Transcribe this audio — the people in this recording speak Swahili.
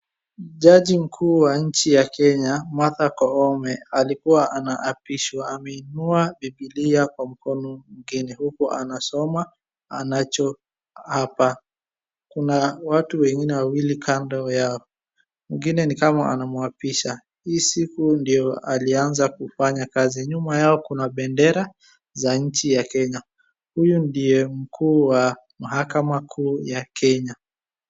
Jaji mkuu wa nchi ya Kenya, Martha Koome alikuwa anaapishwa ameinua bibilia kwa mkono mwingine huku anasoma anachoapa. Kuna watu wengine wawili kando yao. Mwingine ni kama anamwapisha. Hii siku ndiyo alianza kufanya kazi. Nyuma yao kuna bendera za nchi ya Kenya. Huyu ndiye mkuu wa mahakama kuu ya Kenya.